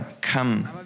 come